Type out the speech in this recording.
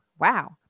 wow